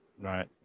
Right